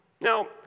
Now